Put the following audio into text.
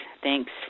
Thanks